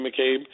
McCabe